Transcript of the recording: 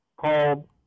called